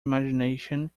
imagination